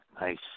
Nice